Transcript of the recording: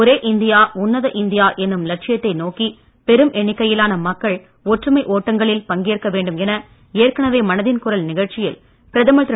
ஒரே இந்தியா உன்னத இந்தியா என்னும் லட்சியத்தை நோக்கி பெரும் எண்ணிக்கையிலான மக்கள் ஒற்றுமை ஓட்டங்களில் பங்கேற்க வேண்டும் என ஏற்கனவே மனதின் குரல் நிகழ்ச்சியில் பிரதமர் திரு